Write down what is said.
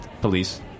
police